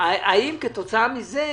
האם כתוצאה מזה,